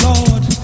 Lord